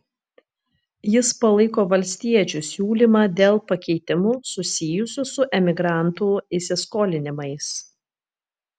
jis palaiko valstiečių siūlymą dėl pakeitimų susijusių su emigrantų įsiskolinimais